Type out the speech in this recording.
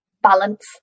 balance